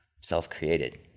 self-created